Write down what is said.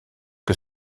que